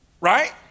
right